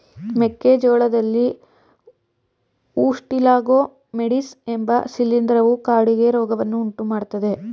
ಮೆಕ್ಕೆ ಜೋಳದಲ್ಲಿ Ustilago maydis ಎಂಬ ಶಿಲೀಂಧ್ರವು ಕಾಡಿಗೆ ರೋಗವನ್ನು ಉಂಟುಮಾಡ್ತದೆ